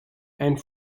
and